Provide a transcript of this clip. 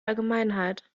allgemeinheit